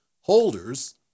holders